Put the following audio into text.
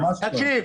ממש לא.